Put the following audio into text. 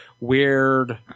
weird